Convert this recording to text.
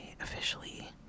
officially